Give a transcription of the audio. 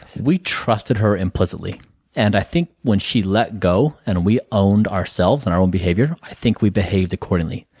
we trusted her implicitly and i think when she let go and we owned ourselves and our own behavior, i think we behaved accordingly.